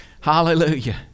Hallelujah